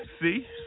see